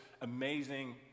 amazing